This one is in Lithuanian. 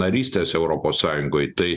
narystės europos sąjungoj tai